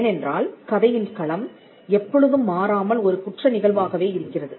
ஏனென்றால் கதையின் களம் எப்பொழுதும் மாறாமல் ஒரு குற்ற நிகழ்வாகவே இருக்கிறது